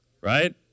right